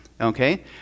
okay